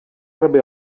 rebé